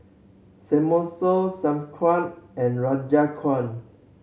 Samosa Sauerkraut and Rogan